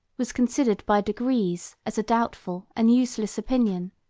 was considered by degrees as a doubtful and useless opinion,